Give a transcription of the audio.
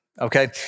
okay